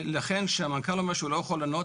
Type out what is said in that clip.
ולכן כשהמנכ"ל אומר שהוא לא יכול לענות,